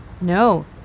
No